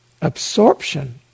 Absorption